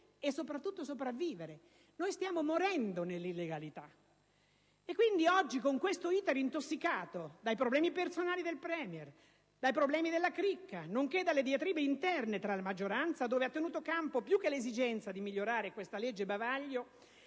e soprattutto sopravvivere. Noi stiamo morendo nell'illegalità. Oggi ci troviamo di fronte ad un *iter* intossicato dai problemi personali del *Premier* e della cricca, nonché dalle diatribe interne alla maggioranza dove ha tenuto campo, più che l'esigenza di migliorare questa legge bavaglio,